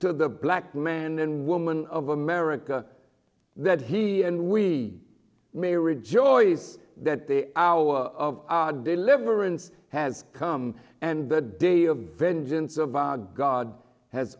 to the black man and woman of america that he and we may rejoice that the hour of deliverance has come and the day of vengeance of ah god has